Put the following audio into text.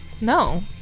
No